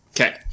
Okay